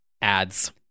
Ads